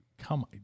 Come